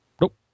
nope